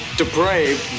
depraved